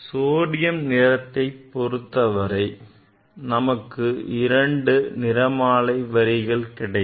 sodium விளக்கைப் பொறுத்தவரை நமக்கு இரண்டு நிறமாலை வரிகள் கிடைக்கும்